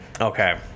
Okay